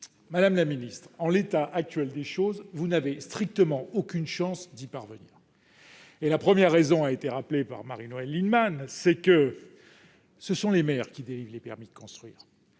2021 et 2022. Or, en l'état actuel des choses, vous n'avez strictement aucune chance d'y parvenir ! La première raison, rappelée par Marie-Noëlle Lienemann, est que ce sont les maires qui délivrent les permis de construire.